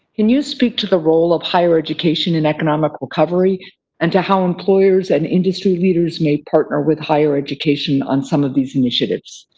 can you speak to the role of higher education in economic recovery and to how employers and industry leaders may partner with higher education on some of these initiatives?